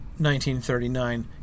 1939